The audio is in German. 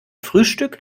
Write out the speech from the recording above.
frühstück